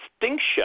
distinction